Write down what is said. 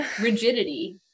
rigidity